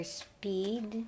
speed